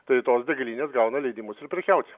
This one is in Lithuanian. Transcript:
tai tos degalinės gauna leidimus ir prekiauti